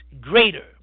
greater